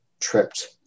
tripped